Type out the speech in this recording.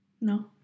No